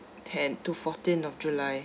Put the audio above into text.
ten to fourteen of july